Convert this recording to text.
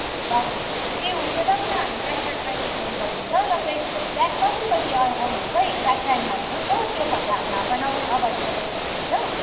बागडोग्रा ए हुन्छ तपाईँलाई हामी त्यहाँनिर ड्राइभर सेन्ड गरिदिन्छ तपाईँ बिहान कतिबजे आ आउनुहुन्छ एक्ज्याक्ट टाइम भन्नुहोस् हो त्योभन्दा हामी हाफ एन आवर अगाडि पठाइदिएको हुन्छ